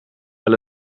wel